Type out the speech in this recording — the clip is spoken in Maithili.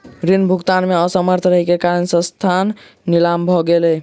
ऋण भुगतान में असमर्थ रहै के कारण संस्थान नीलाम भ गेलै